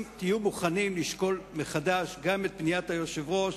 אם תהיו מוכנים לשקול מחדש גם את פניית היושב-ראש